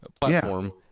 platform